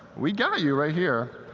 we got you, right here.